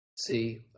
See